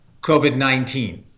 COVID-19